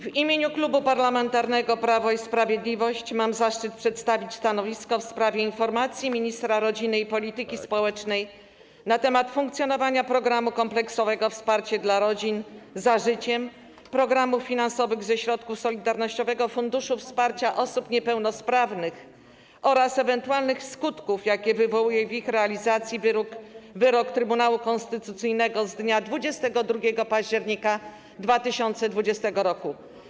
W imieniu Klubu Parlamentarnego Prawo i Sprawiedliwość mam zaszczyt przedstawić stanowisko w sprawie informacji ministra rodziny i polityki społecznej na temat funkcjonowania programu kompleksowego wsparcia dla rodzin „Za życiem”, programów finansowanych ze środków Solidarnościowego Funduszu Wsparcia Osób Niepełnosprawnych oraz ewentualnych skutków, jakie wywołuje w ich realizacji wyrok Trybunału Konstytucyjnego z dnia 22 października 2020 r.